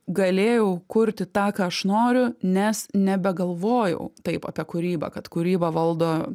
galėjau kurti tą ką aš noriu nes nebegalvojau taip apie kūrybą kad kūrybą valdo